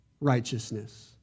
righteousness